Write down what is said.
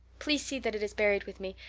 please see that it is buried with me,